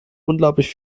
unglaublich